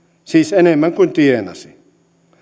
siis enemmän kuin tienasi